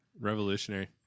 Revolutionary